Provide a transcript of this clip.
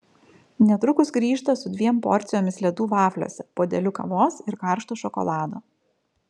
netrukus grįžta su dviem porcijomis ledų vafliuose puodeliu kavos ir karšto šokolado